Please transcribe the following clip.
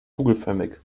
kugelförmig